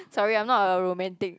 sorry I'm not a romantic